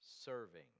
serving